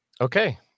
Okay